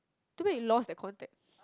too bad you lost the contact